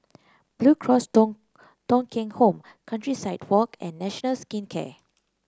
Blue Cross Thong Thong Kheng Home Countryside Walk and National Skin Care